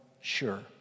sure